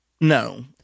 No